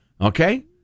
Okay